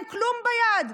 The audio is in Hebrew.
אין להם כלום ביד.